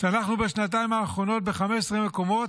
צנחנו בשנתיים האחרונות ב-15 מקומות,